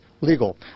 legal